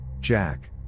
Jack